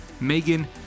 Megan